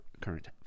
current